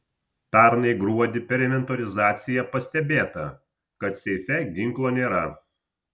pernai gruodį per inventorizaciją pastebėta kad seife ginklo nėra